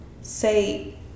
say